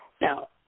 Now